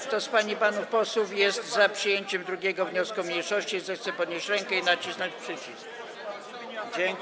Kto z pań i panów posłów jest za przyjęciem 2. wniosku mniejszości, zechce podnieść rękę i nacisnąć przycisk.